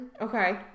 okay